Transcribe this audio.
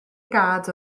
gad